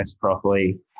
properly